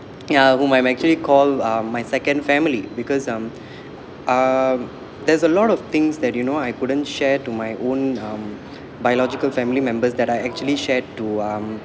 ya whom I actually call uh my second family because um uh there's a lot of things that you know I couldn't share to my own um biological family members that I actually shared to um